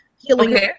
healing